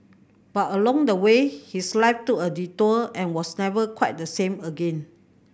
but along the way his life took a detour and was never quite the same again